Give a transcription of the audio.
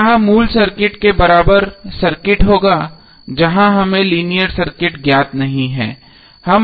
तो यह मूल सर्किट के बराबर सर्किट होगा जहां हमें लीनियर सर्किट ज्ञात नहीं है